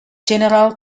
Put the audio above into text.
general